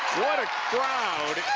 what a crowd